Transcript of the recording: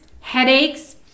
headaches